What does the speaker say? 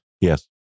Yes